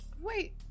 Wait